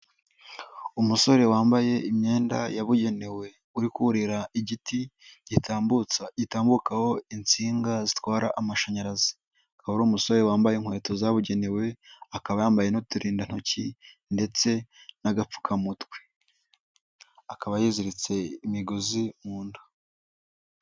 Umusore wambaye imyenda yabugenewe, uri kurira igiti, gitambukaho insinga zitwara amashanyarazi, akaba ari umusore wambaye inkweto zabugenewe, akaba yambaye n'uturindantoki ndetse n'agapfukamutwe. Akaba yizitse imigozi mu nda.